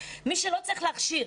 מי שלא צריך להכשיר.